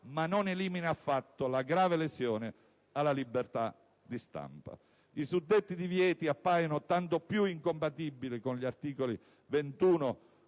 ma non elimina affatto la grave lesione alla libertà di stampa. I suddetti divieti appaiono tanto più incompatibili con gli articoli 21